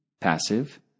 passive